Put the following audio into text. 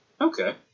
Okay